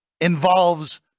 involves